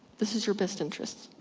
this is your best interests.